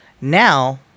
Now